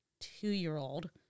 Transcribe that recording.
two-year-old